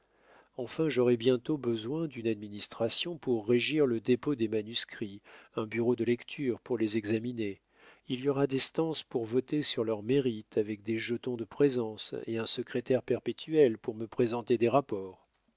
enfin j'aurai bientôt besoin d'une administration pour régir le dépôt des manuscrits un bureau de lecture pour les examiner il y aura des séances pour voter sur leur mérite avec des jetons de présence et un secrétaire perpétuel pour me présenter les rapports